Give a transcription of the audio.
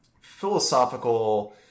philosophical